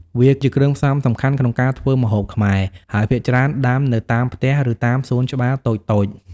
វាជាគ្រឿងផ្សំសំខាន់ក្នុងការធ្វើម្ហូបខ្មែរ ហើយភាគច្រើនដាំនៅតាមផ្ទះ ឬតាមសួនច្បារតូចៗ។